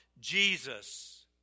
Jesus